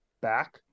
back